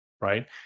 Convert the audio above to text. right